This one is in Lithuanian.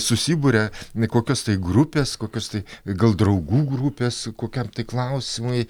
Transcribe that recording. susiburia kokios tai grupės kokios tai gal draugų grupės kokiam klausimui